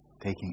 taking